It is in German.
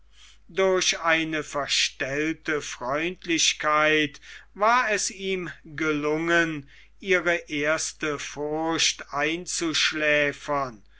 durch eine verstellte freundlichkeit war es ihm gelungen ihre erste furcht einzuschläfern